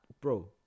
Bro